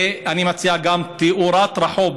ואני מציע גם שתאורת רחוב,